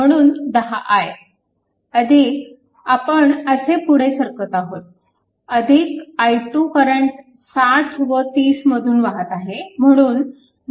म्हणून 10 i आपण असे पुढे सरकत आहोत i2 करंट 60 व 30 मधून वाहत आहे